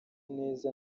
neza